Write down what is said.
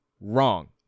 wrong